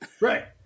Right